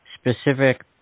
specific